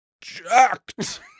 Jacked